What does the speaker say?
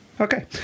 Okay